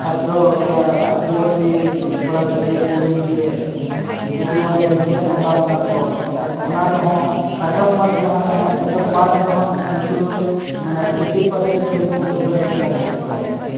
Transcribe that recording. ᱪᱷᱟᱛᱨᱚ ᱭᱟ ᱟᱹᱫᱤᱵᱟᱹᱥᱤ ᱠᱚᱲᱟ ᱜᱤᱫᱽᱨᱟᱹ ᱠᱩᱲᱤ ᱜᱤᱫᱽᱨᱟᱹ ᱡᱩᱫᱤ ᱚᱸᱰᱮ ᱮᱰᱢᱤᱥᱮᱱ ᱦᱟᱛᱟᱣ ᱥᱟᱱᱟᱠᱚᱣᱟ ᱮᱱᱠᱷᱟᱱ ᱚᱱᱟᱨᱮᱦᱚᱸ ᱠᱟᱴᱼᱚᱯᱷ ᱢᱟᱨᱠᱥ ᱡᱟᱦᱟᱸ ᱛᱮᱦᱮᱱᱟ ᱠᱟᱴᱼᱚᱯᱷ ᱢᱟᱨᱠᱥ ᱨᱮᱦᱚᱸ ᱩᱱᱠᱚᱫᱚ ᱢᱟᱱᱮ ᱯᱷᱤᱯᱷᱴᱤ ᱯᱟᱨᱥᱮᱱᱴ ᱪᱷᱩᱴ ᱩᱱᱠᱚᱫᱚ ᱮᱢ ᱞᱟᱹᱠᱛᱤᱜ ᱠᱟᱱ ᱛᱟᱦᱮᱸᱫᱼᱟ